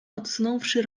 odsunąwszy